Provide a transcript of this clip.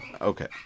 okay